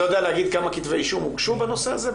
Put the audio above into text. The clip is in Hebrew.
אתה יודע להגיד כמה כתבי אישום הוגשו בנושא הזה,